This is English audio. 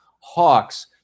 Hawks